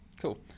Cool